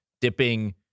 dipping